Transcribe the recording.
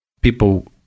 people